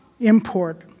import